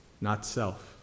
not-self